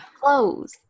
clothes